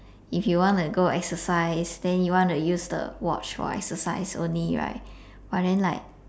if you want to go exercise then you want to use the watch for exercise only right but then like